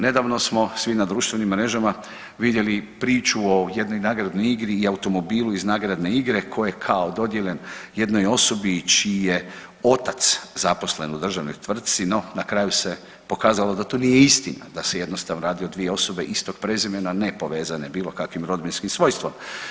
Nedavno smo svi na društvenim mrežama vidjeli priču o jednoj nagradnoj igri i o automobilu iz nagradne igre koji je kao dodijeljen jednoj osobi čiji je otac zaposlen u državnoj tvrtci, no na kraju se pokazalo da to nije istina, da se jednostavno radi o dvije osobe istog prezimena ne povezane bilo kakvim rodbinskim svojstvom.